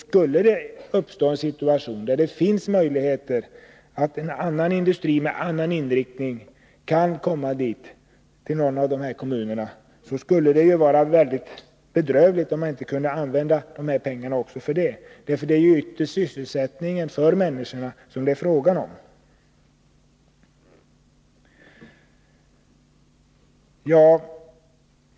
Skulle det upppstå en sådan situation att vi har möjlighet att få industri med en annan inriktning till dessa kommuner, skulle det vara bedrövligt om pengarna inte kunde användas också för det ändamålet. Det är dock ytterst sysselsättning för människorna som det är fråga om.